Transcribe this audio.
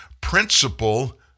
principle